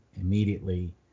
immediately